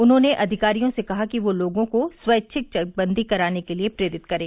उन्होंने अधिकारियों से कहा कि वे लोगों को स्वैच्छिक चकबंदी कराने के लिए प्रेरित करें